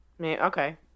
okay